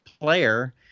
player